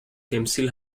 temsil